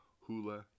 Hula